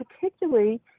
particularly